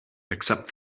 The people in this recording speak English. except